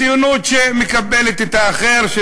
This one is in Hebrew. ציונות שמקבלת את האחר,